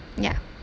ya